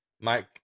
Mike